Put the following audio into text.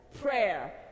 prayer